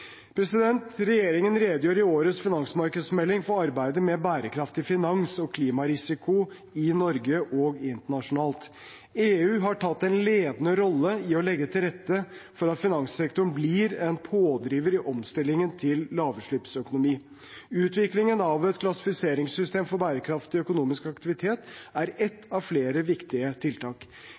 Regjeringen redegjør i årets finansmarkedsmelding for arbeidet med bærekraftig finans og klimarisiko i Norge og internasjonalt. EU har tatt en ledende rolle i å legge til rette for at finanssektoren blir en pådriver i omstillingen til en lavutslippsøkonomi. Utviklingen av et klassifiseringssystem for bærekraftig økonomisk aktivitet er ett av flere viktige tiltak.